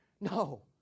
No